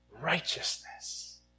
righteousness